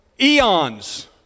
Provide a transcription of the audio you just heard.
eons